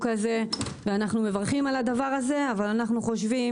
הזה ואנחנו מברכים על הדבר הזה אבל אנחנו חושבים